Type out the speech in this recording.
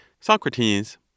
Socrates